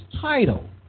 title